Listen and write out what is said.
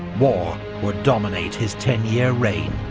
war would dominate his ten-year reign